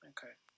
Okay